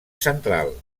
central